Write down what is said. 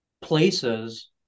places